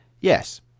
Yes